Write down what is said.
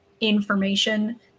information